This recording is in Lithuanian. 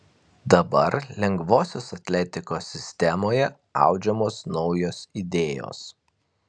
dabar lengvosios atletikos sistemoje audžiamos naujos idėjos